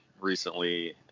recently